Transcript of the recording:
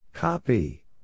Copy